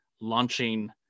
launching